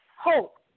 Hope